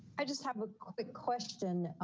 i just have a quick question.